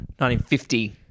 1950